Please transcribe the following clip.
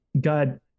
God